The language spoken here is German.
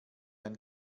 ein